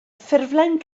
ffurflen